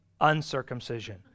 uncircumcision